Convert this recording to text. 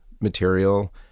material